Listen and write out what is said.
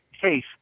case